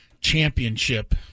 championship